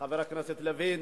חבר הכנסת לוין,